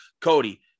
Cody